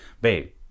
babe